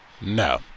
no